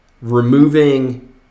removing